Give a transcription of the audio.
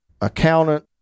accountant